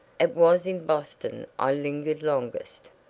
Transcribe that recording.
it was in boston i lingered longest.